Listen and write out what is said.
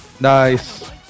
Nice